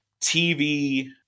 tv